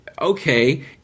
okay